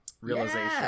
realization